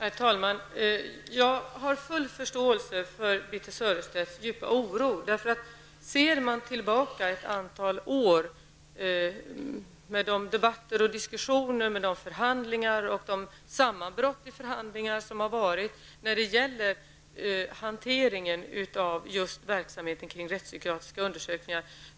Herr talman! Jag har full förståelse för Birthe Sörestedts djupa oro med tanke på att det sedan ett antal år tillbaka har förekommit debatter och förhandlingar och sammanbrott i förhandlingar om hanteringen av verksamheten kring rättspsykiatriska undersökningar.